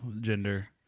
gender